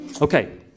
okay